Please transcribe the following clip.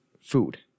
food